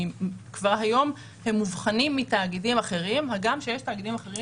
כבר היום הם מובחנים מתאגידים אחרים הגם שיש תאגידים אחרים